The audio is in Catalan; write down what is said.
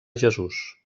jesús